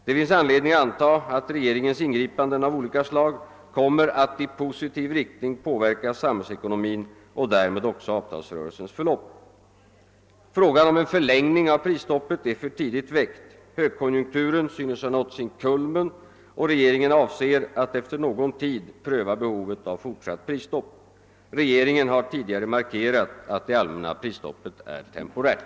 Det finns anledning anta att regeringens ingripan den av olika slag kommer att i positiv riktning påverka samhällsekonomin och därmed också avtalsrörelsens förlopp. Frågan om en förlängning av prisstoppet är för tidigt väckt. Högkonjunkturen synes ha nått sin kulmen, och regeringen avser att efter någon tid pröva behovet av fortsatt prisstopp. Regeringen har tidigare markerat att det allmänna prisstoppet är temporärt.